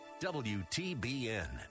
WTBN